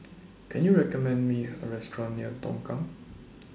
Can YOU recommend Me A Restaurant near Tongkang